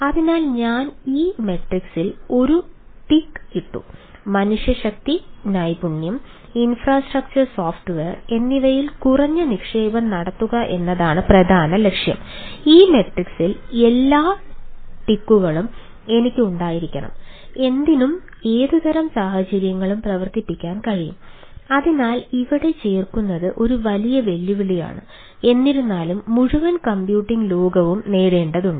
അതിനാൽ ഞാൻ ഈ മാട്രിക്സിൽ ലോകവും നേടേണ്ടതുണ്ട്